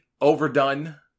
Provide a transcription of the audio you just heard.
overdone